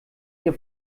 ihr